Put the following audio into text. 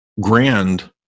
grand